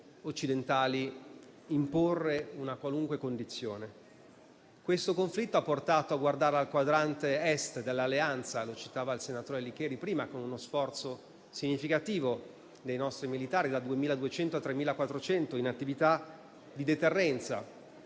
occidentali imporre una qualunque condizione. Questo conflitto ha portato a guardare al quadrante Est dell'Alleanza, come diceva prima il senatore Licheri, con uno sforzo significativo dei nostri militari: da 2.200 a 3.400 in attività di deterrenza,